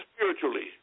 spiritually